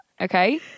okay